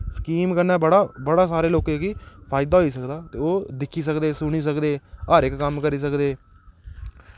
scheme कन्नै बड़ा सारे लोकें गी फायदा होई सकदा ते ओह् दिक्खी सकदे सुनी सकदे हर इक्क कम्म करी सकदे